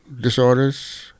disorders